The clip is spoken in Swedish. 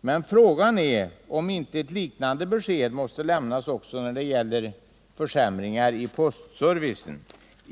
Men frågan är om inte ett liknande besked måste lämnas också när det gäller försämringar i postservicen.